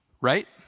right